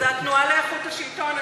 זו התנועה לאיכות השלטון,